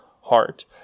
heart